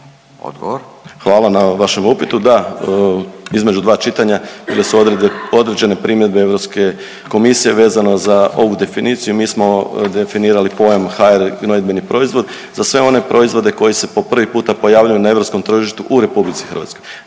Tugomir** Hvala na vašem upitu. Da, između dva čitanja bile su određene primjedbe Europske komisije vezano za ovu definiciju. Mi smo definirali pojam HR gnojidbeni proizvod. Za sve one proizvode koji se po prvi puta pojavljuju na europskom tržištu u Republici Hrvatskoj,